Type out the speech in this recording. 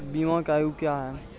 बीमा के आयु क्या हैं?